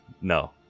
no